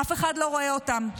אף אחד לא רואה אותן.